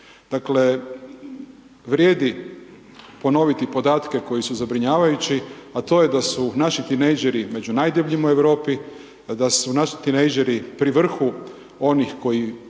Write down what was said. Dakle, vrijedi ponoviti podatke koji su zabrinjavajući, a to je da su naši tinejdžeri među najdebljim u Europi, da su naši tinejdžeri pri vrhu onih koji